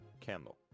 candle